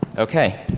okay.